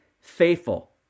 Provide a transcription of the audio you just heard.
faithful